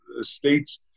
states